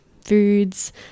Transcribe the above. foods